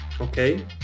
okay